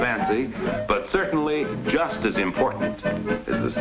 fancy but certainly just as important as the